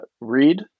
read